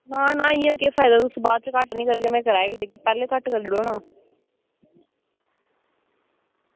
आ ना इंया केह् फायदा तुस घट्ट निं करगे में किराया बी देगी पैह्लें घट्ट करी ओड़ो ना